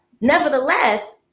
nevertheless